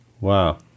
Wow